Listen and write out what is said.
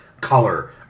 Color